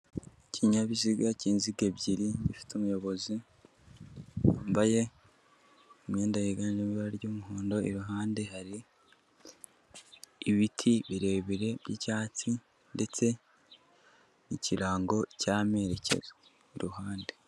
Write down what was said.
Ikinyabiziga cy'inziga ebyiri, gifite umuyobozi wambaye imyenda yiganjemo ibara ry'umuhondo, iruhande hari ibiti birebire by'icyatsi, ndetse n'ikirango cy'amerekezo iruhande.